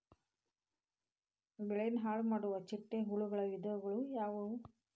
ಬೆಳೆನ ಹಾಳುಮಾಡುವ ಚಿಟ್ಟೆ ಹುಳುಗಳ ವಿಧಗಳು ಯಾವವು?